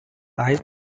eyes